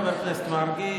חבר הכנסת מרגי,